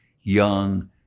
young